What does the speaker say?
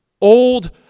old